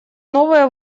новые